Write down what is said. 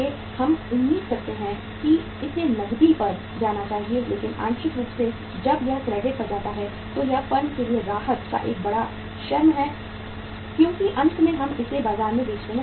हम उम्मीद करते हैं कि इसे नकदी पर जाना चाहिए लेकिन आंशिक रूप से जब यह क्रेडिट पर जाता है तो यह फर्म के लिए राहत का एक बड़ा शर्म है क्योंकि अंत में हम इसे बाजार में बेचने में सक्षम हैं